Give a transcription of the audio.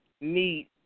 meet